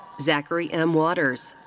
zachary m. waters.